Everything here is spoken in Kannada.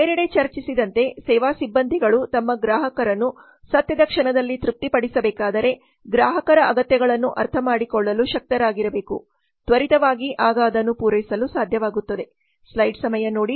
ಬೇರೆಡೆ ಚರ್ಚಿಸಿದಂತೆ ಸೇವಾ ಸಿಬ್ಬಂದಿಗಳು ತಮ್ಮ ಗ್ರಾಹಕರನ್ನು ಸತ್ಯದ ಕ್ಷಣದಲ್ಲಿ ತೃಪ್ತಿಪಡಿಸಬೇಕಾದರೆ ಗ್ರಾಹಕರ ಅಗತ್ಯಗಳನ್ನು ಅರ್ಥಮಾಡಿಕೊಳ್ಳಲು ಶಕ್ತರಾಗಿರಬೇಕು ತ್ವರಿತವಾಗಿ ಆಗ ಅದನ್ನು ಪೂರೈಸಲು ಸಾಧ್ಯವಾಗುತ್ತದೆ